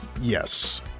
Yes